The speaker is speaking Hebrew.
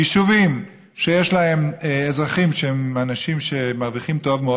יש יישובים שיש בהם אזרחים שהם אנשים שמרוויחים טוב מאוד,